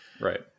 Right